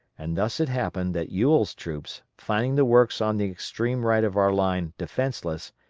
and thus it happened that ewell's troops, finding the works on the extreme right of our line defenceless,